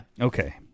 Okay